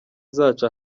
zacu